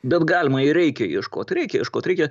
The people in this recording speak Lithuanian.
bet galima ir reikia ieškot reikia ieškot reikia